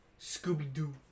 Scooby-Doo